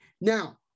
Now